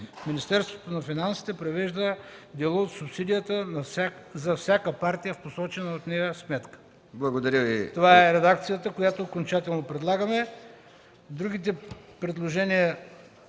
Министерството на финансите превежда дела от субсидията за всяка партия в посочена от нея сметка.” Това е редакцията, която окончателно предлагаме. Другите предложения